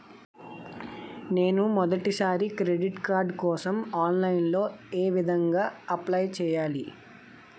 నేను మొదటిసారి credit card కోసం ఆన్లైన్ లో ఏ విధంగా అప్లై చేయాలి?